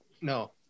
No